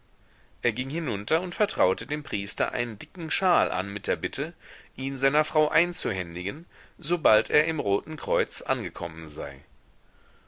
er ging hinunter und vertraute dem priester einen dicken schal an mit der bitte ihn seiner frau einzuhändigen sobald er im roten kreuz angekommen sei